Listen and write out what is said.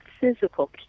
physical